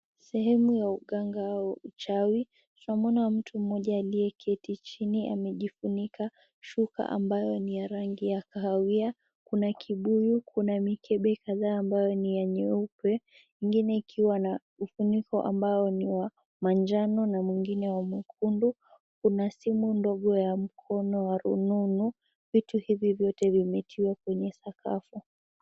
Sehemu ya uganga au uchawi tunamwona mtu mmoja aliyeketi chini amejifunika shuka ambayo ni ya rangi ya kahawia kuna kibuyu kuna mikebe kadhaa ambayo ni ya nyeupe ingine ikiwa na ufuniko ambao ni wa manjano na mwingine wa mwekundu kuna simu ndogo ya mkono wa rununu vitu hivi vyote vimetiwa kwenye sakafu.